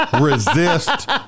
resist